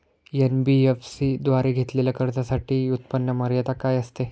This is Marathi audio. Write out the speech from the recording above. एन.बी.एफ.सी द्वारे घेतलेल्या कर्जासाठी उत्पन्न मर्यादा काय असते?